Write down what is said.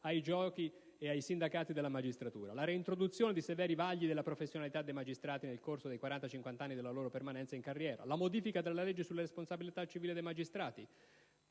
ai giochi e ai sindacati della magistratura; la reintroduzione di severi vagli della professionalità dei magistrati nel corso dei 40-45 anni della loro permanenza in carriera; la modifica della legge sulla responsabilità civile dei magistrati.